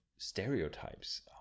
stereotypes